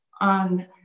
on